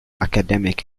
academic